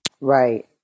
Right